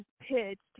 pitched